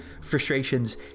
frustrations